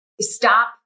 Stop